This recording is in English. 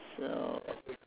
so